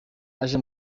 aje